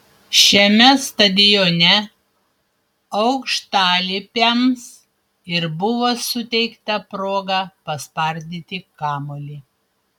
šiame stadione aukštalipiams ir buvo suteikta proga paspardyti kamuolį